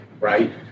right